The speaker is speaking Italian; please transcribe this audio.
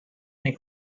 viene